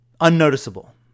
Unnoticeable